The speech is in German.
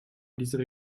dieselbe